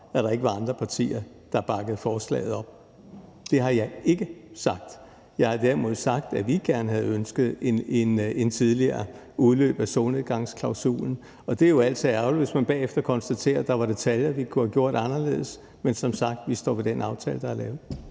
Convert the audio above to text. at der ikke var andre partier, der bakkede forslaget op. Det har jeg ikke sagt. Jeg har derimod sagt, at vi gerne havde set et tidligere udløb af solnedgangsklausulen, og det er altid ærgerligt, hvis man bagefter konstaterer, at der var detaljer, vi kunne have gjort anderledes, men som sagt står vi ved den aftale, der er lavet.